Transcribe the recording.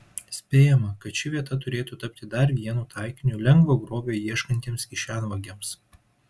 spėjama kad ši vieta turėtų tapti dar vienu taikiniu lengvo grobio ieškantiems kišenvagiams